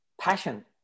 passion